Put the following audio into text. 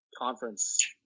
conference